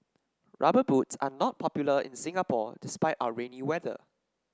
rubber boots are not popular in Singapore despite our rainy weather